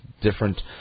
different